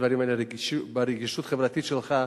הדברים האלה, ברגישות החברתית שלך,